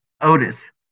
Otis